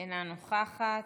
אינה נוכחת.